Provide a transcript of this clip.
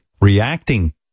reacting